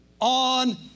on